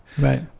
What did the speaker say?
Right